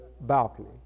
balcony